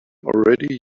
already